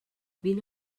vine